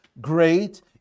great